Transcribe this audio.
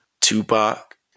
Tupac